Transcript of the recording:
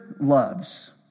loves